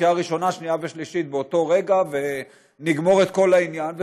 לקריאה ראשונה שנייה ושלישית באותו רגע ונגמור את כל העניין,